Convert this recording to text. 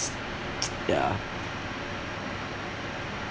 ya